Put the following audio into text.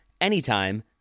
anytime